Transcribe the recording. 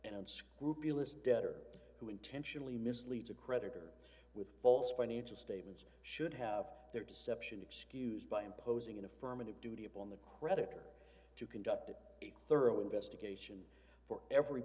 an unscrupulous debtor who intentionally mislead the creditor with false financial statements should have their deception excused by imposing an affirmative duty upon the creditor to conduct a thorough investigation for every